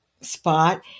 spot